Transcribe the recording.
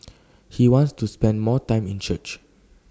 he wants to spend more time in church